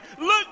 Look